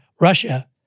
Russia